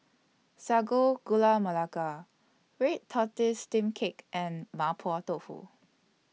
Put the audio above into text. Sago Gula Melaka Red Tortoise Steamed Cake and Mapo Tofu